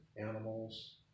animals